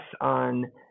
on